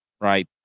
right